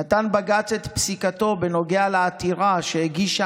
נתן בג"ץ את פסיקתו בנוגע לעתירה שהגישה